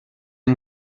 yng